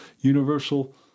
universal